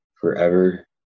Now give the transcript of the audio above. forever